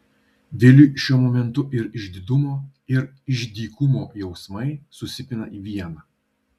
viliui šiuo momentu ir išdidumo ir išdykumo jausmai susipina į vieną